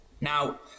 Now